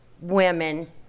women